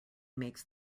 makes